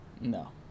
No